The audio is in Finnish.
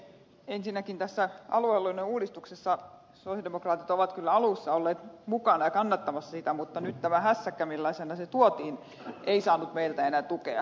ensinnäkin tässä aluehallinnon uudistuksessa sosialidemokraatit ovat kyllä alussa olleet mukana ja kannattamassa sitä mutta nyt tämä hässäkkä millaisena se tuotiin ei saanut meiltä enää tukea